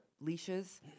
leashes